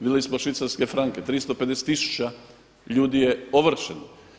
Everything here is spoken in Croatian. Vidjeli smo švicarske franke 350 tisuća ljudi je ovršeno.